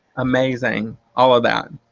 amazing, all of that.